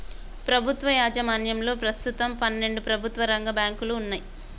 ప్రభుత్వ యాజమాన్యంలో ప్రస్తుతం పన్నెండు ప్రభుత్వ రంగ బ్యాంకులు వున్నయ్